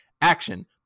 Action